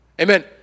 Amen